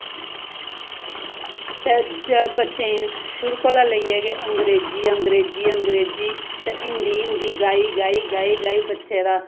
ते बच्चेंई शुरु कोला गै लेइयै अंग्रेजी अंग्रेजी अंग्रेजी ते हिन्दी हिन्दी गाई गाई गाई गाई बच्चे दा